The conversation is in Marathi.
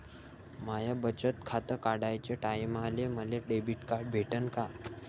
माय बचत खातं काढाच्या टायमाले मले डेबिट कार्ड भेटन का?